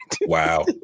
Wow